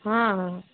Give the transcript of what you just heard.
हाँ हाँ